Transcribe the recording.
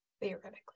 theoretically